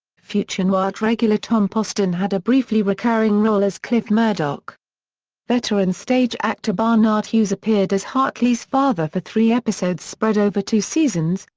future newhart regular tom poston had a briefly recurring role as cliff murdock veteran stage actor barnard hughes appeared as hartley's father for three episodes spread over two seasons,